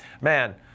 Man